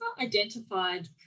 identified